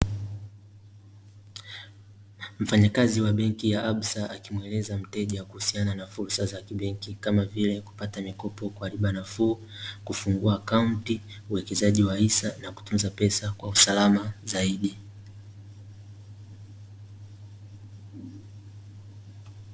Mfanyakazi wa benki ya Absa akimueleza mteja kuhusiana na fursa za kibenki kama vile, kupata mikopo kwa riba nafuu, kufungua akaunti , uwekezaji wa hisa, na kutunza pesa kwa usalama zaidi.